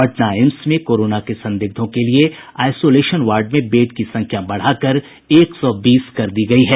Patna AIIMS में corona के संदिग्धों के लिए आईसोलेशन वार्ड में बेड की संख्या बढ़ाकर एक सौ बीस कर दी गयी है